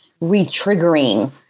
re-triggering